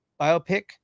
biopic